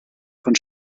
von